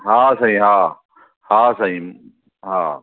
हा साईं हा हा साईं हा